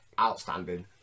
outstanding